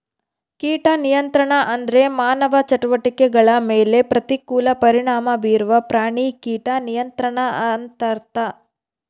ಕೀಟ ನಿಯಂತ್ರಣ ಅಂದ್ರೆ ಮಾನವ ಚಟುವಟಿಕೆಗಳ ಮೇಲೆ ಪ್ರತಿಕೂಲ ಪರಿಣಾಮ ಬೀರುವ ಪ್ರಾಣಿ ಕೀಟ ನಿಯಂತ್ರಣ ಅಂತರ್ಥ